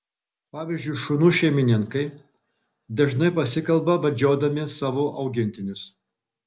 pavyzdžiui šunų šeimininkai dažnai pasikalba vedžiodami savo augintinius